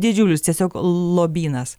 didžiulis tiesiog lobynas